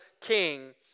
king